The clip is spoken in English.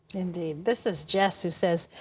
indeed. this is jess, who says,